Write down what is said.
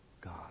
God